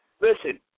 Listen